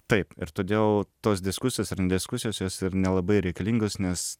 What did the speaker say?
taip ir todėl tos diskusijos ar ne diskusijos jos ir nelabai reikalingos nes